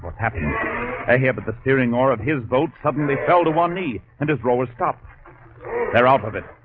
happens ah here? but the steering-oar of his boat suddenly fell to one knee and his role as stop they're out of it,